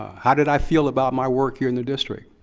how did i feel about my work here in the district?